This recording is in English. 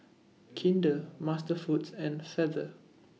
Kinder MasterFoods and Feather